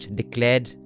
declared